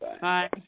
Bye